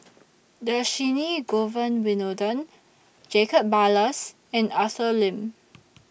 Dhershini Govin Winodan Jacob Ballas and Arthur Lim